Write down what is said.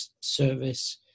service